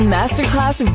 Masterclass